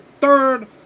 third